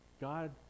God